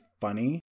funny